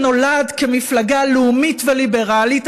שנולד כמפלגה לאומית וליברלית,